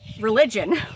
religion